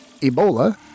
Ebola